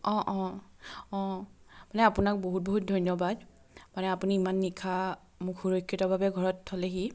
অঁ অঁ অঁ মানে আপোনাক বহুত বহুত ধন্যবাদ মানে আপুনি ইমান নিশা মোক সুৰক্ষিতভাৱে ঘৰত থ'লেহি